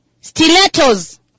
stilettos